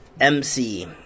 MC